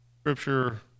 Scripture